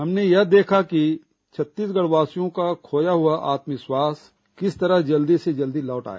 हमने यह देखा कि छत्तीसगढ़वासियों का खोया हुआ आत्मविश्वास किस तरह जल्दी से जल्दी लौट आए